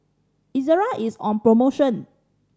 Ezerra is on promotion